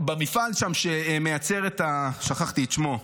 שם שמייצר, שכחתי את שמו,